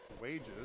wages